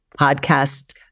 podcast